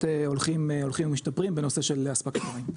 הולכים ומשתפרים בנושא של אספקת המים.